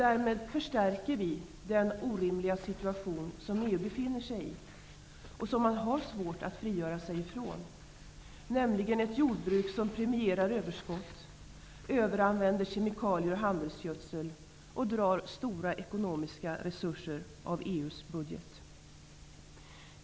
Därmed förstärker vi den orimliga situation som EU befinner sig i och som man har svårt att frigöra sig ifrån. Jordbruket premierar överskott, överanvänder kemikalier och handelsgödsel och drar stora ekonomiska resurser ur EU:s budget.